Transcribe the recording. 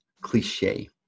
cliche